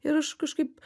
ir aš kažkaip